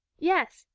yes.